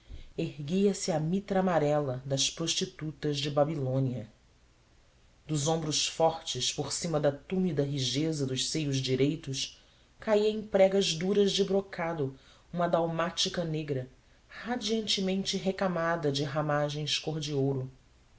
sangue erguia-se a mitra amarela das prostitutas da babilônia dos ombros fortes por cima da túmida rijeza dos seios direitos caía em pregas duras de brocado uma dalmática negra radiantemente recamada de ramagens cor de ouro